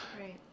Right